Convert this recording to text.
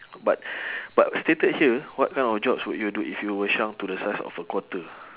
but but stated here what kind of jobs would you do if you were shrunk to the size of a quarter